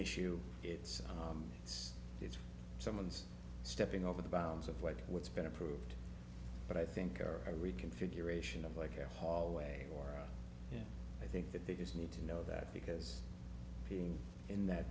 issue it's it's it's someone's stepping over the bounds of what what's been approved but i think or a reconfiguration of like air hallway or you know i think that they just need to know that because being in that